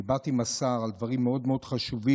דיברת עם השר על דברים מאוד מאוד חשובים,